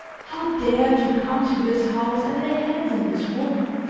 how dared you come to this house and lay hands on this woman?